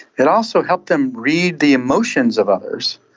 it also helped them read the emotions of others.